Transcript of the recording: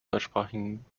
deutschsprachigen